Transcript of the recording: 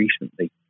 recently